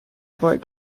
fort